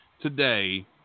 today